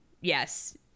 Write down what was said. Yes